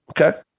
Okay